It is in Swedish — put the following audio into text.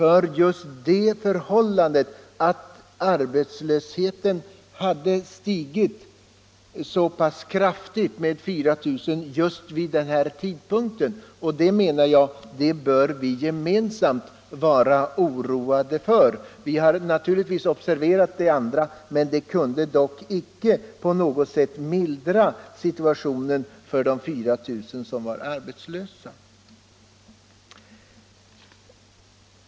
Arbetslösheten hade ju stigit så — Arbetsmarknadsutpass kraftigt som med 4 000 just vid den tidpunkten. Det menade jag bildningen att vi gemensamt måste vara oroade av. Naturligtvis hade vi observerat de andra förhållandena men det kunde inte på något sätt mildra situationen för de 4000 nya arbetslösa.